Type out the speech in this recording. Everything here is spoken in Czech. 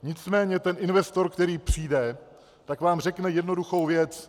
Nicméně investor, který přijde, tak vám řekne jednoduchou věc.